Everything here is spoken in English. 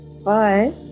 Bye